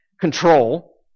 control